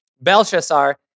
Belshazzar